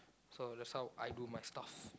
so that's how I do my stuff